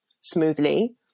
smoothly